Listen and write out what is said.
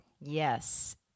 Yes